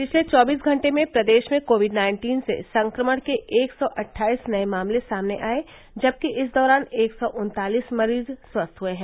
पिछले चौबीस घंटे में प्रदेश में कोविड नाइन्टीन से संक्रमण के एक सौ अट्ठाईस नये मामले सामने आये जबकि इस दौरान एक सौ उन्तालीस मरीज स्वस्थ हुए हैं